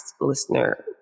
listener